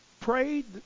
prayed